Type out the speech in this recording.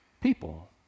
people